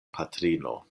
patrino